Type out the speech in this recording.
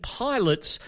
pilots